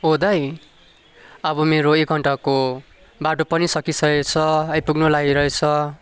ओ दाई अब मेरो एक घन्टाको बाटो पनि सकिसकेको छ आइपुग्न लागिरहेछ